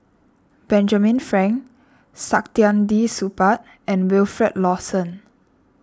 Benjamin Frank Saktiandi Supaat and Wilfed Lawson